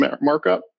markup